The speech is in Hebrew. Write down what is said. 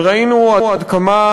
וראינו עד כמה